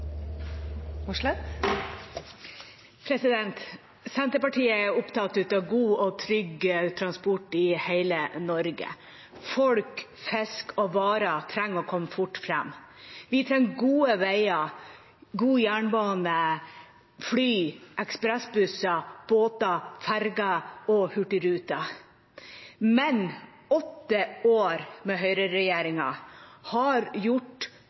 god og trygg transport i hele Norge. Folk, fisk og varer trenger å komme fort fram. Vi trenger gode veier, god jernbane, fly, ekspressbusser, båter, ferger og hurtigruter. Men åtte år med høyreregjering har gjort